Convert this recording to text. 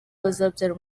bazabyara